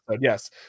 Yes